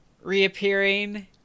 reappearing